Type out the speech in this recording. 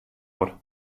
oer